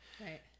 Right